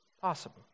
possible